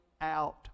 out